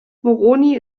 moroni